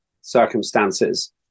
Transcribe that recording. circumstances